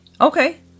okay